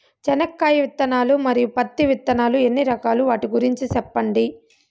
చెనక్కాయ విత్తనాలు, మరియు పత్తి విత్తనాలు ఎన్ని రకాలు వాటి గురించి సెప్పండి?